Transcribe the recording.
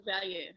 value